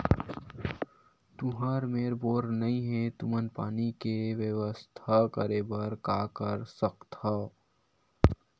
तुहर मेर बोर नइ हे तुमन पानी के बेवस्था करेबर का कर सकथव?